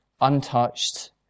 untouched